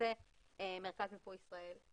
מרכז מיפוי ישראל.